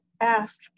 ask